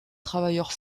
travailleurs